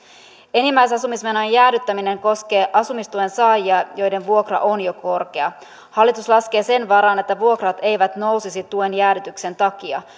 enimmäisasumismenojen jäädyttäminen koskee asumistuen saajia joiden vuokra on jo korkea hallitus laskee sen varaan että vuokrat eivät nousisi tuen jäädytyksen takia